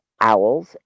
owls